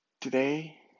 Today